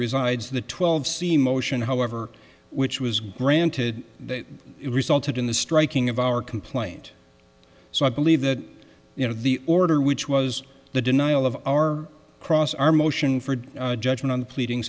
resides in the twelve c motion however which was granted that it resulted in the striking of our complaint so i believe that you know the order which was the denial of our cross our motion for judgment on pleading